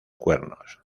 cuernos